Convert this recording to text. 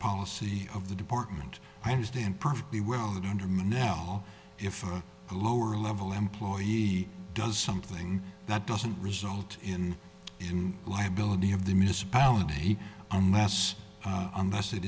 policy of the department i understand perfectly well that under menow law if a lower level employee does something that doesn't result in in liability of the municipality unless unless it